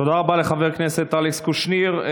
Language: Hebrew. תודה רבה לחבר הכנסת אלכס קושניר.